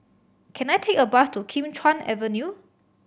can I take a bus to Kim Chuan Avenue